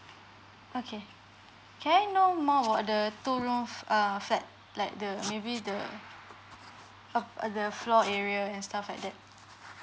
okay can I know more about two room f~ uh flat like the maybe the oh uh the floor area and stuff like that